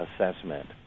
assessment